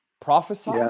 prophesy